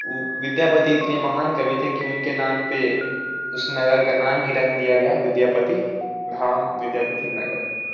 उ विद्यापति इतने महान कवि थे कि उनके नाम पे उस नगर का नाम ही रख दिया गया विद्यापति धाम विद्यापति नगर